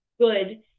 good